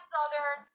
Southern